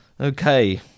Okay